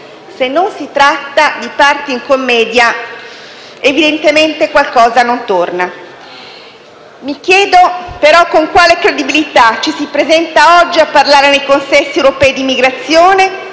Se non si tratta di parti in commedia, evidentemente qualcosa non torna. Mi chiedo però con quale credibilità ci si presenta oggi a parlare nei consessi europei di immigrazione